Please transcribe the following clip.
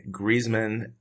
Griezmann